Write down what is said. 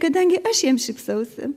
kadangi aš jiem šypsausi